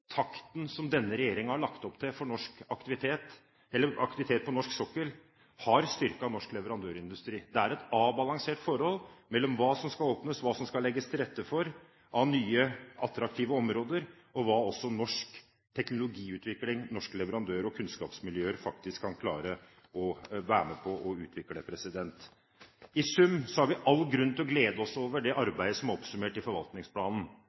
takten som denne regjeringen har lagt opp til, har styrket norsk leverandørindustri. Det er et avbalansert forhold mellom hva som skal åpnes, hva det skal legges til rette for av nye attraktive områder, og også hva norsk teknologiutvikling og norske leverandører og kunnskapsmiljøer faktisk kan klare å være med på å utvikle. I sum har vi all grunn til å glede oss over det arbeidet som er oppsummert i forvaltningsplanen,